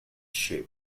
shape